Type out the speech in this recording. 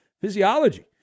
physiology